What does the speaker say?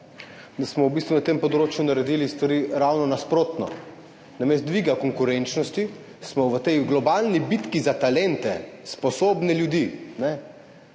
da smo v bistvu na tem področju naredili stvari ravno nasprotno. Namesto dviga konkurenčnosti smo v tej globalni bitki za talente, sposobne ljudi,